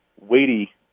weighty